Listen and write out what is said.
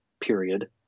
period